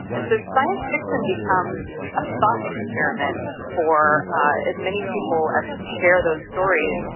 and so science fiction becomes a thought experiment for ah as many people as can share those stories,